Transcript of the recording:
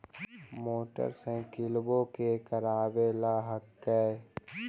मोटरसाइकिलवो के करावे ल हेकै?